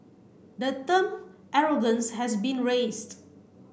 the term arrogance has been raised